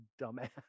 dumbass